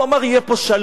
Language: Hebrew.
הוא אמר: יהיה פה שלום,